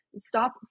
stop